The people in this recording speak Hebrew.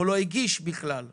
אנחנו